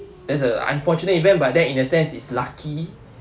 that's a unfortunate event but then in a sense it's lucky